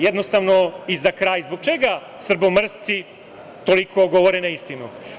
Jednostavno i za kraj, zbog čega srbomrsci toliko govore neistinu?